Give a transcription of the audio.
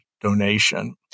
donation